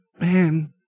Man